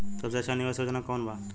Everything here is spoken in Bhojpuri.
सबसे अच्छा निवेस योजना कोवन बा?